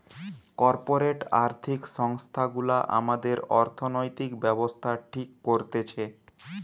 corporate আর্থিক সংস্থা গুলা আমাদের অর্থনৈতিক ব্যাবস্থা ঠিক করতেছে